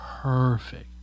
perfect